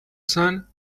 sun